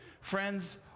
Friends